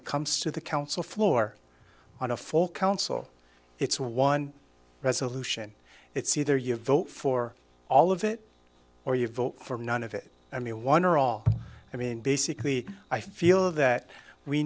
it comes to the council floor on a full council it's one resolution it's either you vote for all of it or you vote for none of it i mean one or all i mean basically i feel that we